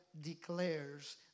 declares